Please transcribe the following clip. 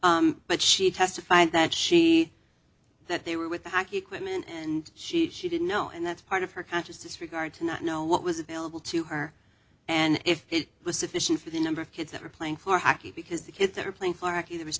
know but she testified that she that they were with the hockey equipment and she she didn't know and that's part of her conscious disregard to not know what was available to her and if it was sufficient for the number of kids that were playing for hockey because the kids that are playing clarkie there was